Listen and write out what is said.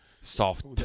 Soft